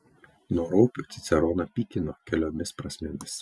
nuo ropių ciceroną pykino keliomis prasmėmis